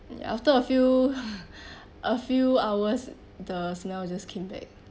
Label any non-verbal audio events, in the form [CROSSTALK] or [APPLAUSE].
ya after a few [LAUGHS] a few hours the smell just came back